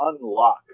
unlock